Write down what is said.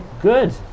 Good